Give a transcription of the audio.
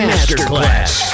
Masterclass